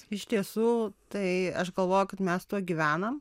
iš tiesų tai aš galvoju kad mes tuo gyvenam